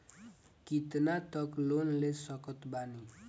कितना तक लोन ले सकत बानी?